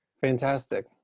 fantastic